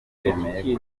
bemeye